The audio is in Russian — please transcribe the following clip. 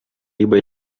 либо